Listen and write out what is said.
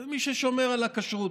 את מי ששומר על הכשרות.